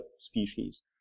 species